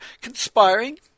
conspiring